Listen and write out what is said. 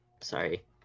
Sorry